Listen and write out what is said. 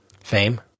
fame